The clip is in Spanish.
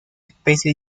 especie